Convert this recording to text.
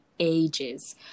ages